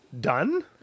done